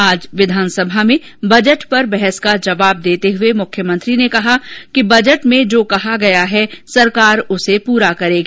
आज विधानसभा में बजट पर बहस का जवाब देते हये मुख्यमंत्री ने कहा कि बजट में जो कहा गया है सरकार उसे पूरा करेगी